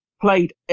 Played